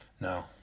no